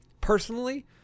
personally